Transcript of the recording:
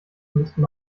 müssten